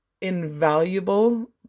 invaluable